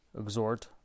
exhort